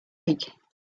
mistake